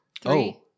Three